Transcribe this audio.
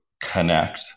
connect